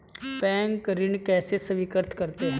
Bank ऋण कैसे स्वीकृत करते हैं?